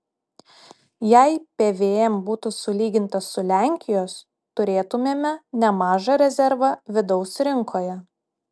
jei pvm būtų sulygintas su lenkijos turėtumėme nemažą rezervą vidaus rinkoje